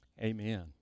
Amen